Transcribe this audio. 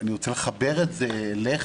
אני רוצה לחבר את זה אליך,